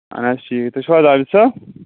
اَہن حظ ٹھیٖک تُہۍ چھِو حظ عابِد صٲب